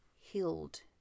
healed